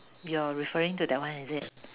you're referring to that one is it